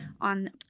on